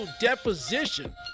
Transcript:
deposition